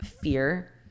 fear